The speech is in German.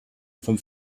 vom